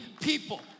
people